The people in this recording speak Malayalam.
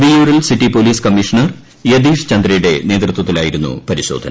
വിയ്യൂരിൽ city police commissioner Yathish ചന്ദ്രയുടെ നേതൃത്വത്തിലായിരുന്നു പരിശോധന